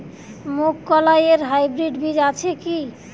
মুগকলাই এর হাইব্রিড বীজ আছে কি?